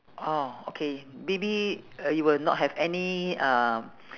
orh okay maybe uh you will not have any ah